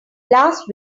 last